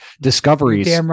discoveries